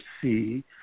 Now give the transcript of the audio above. see